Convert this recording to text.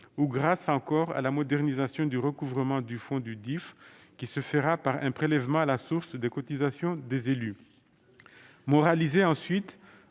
ou encore grâce à la modernisation du recouvrement du fonds du DIFE, qui se fera par un prélèvement à la source des cotisations des élus.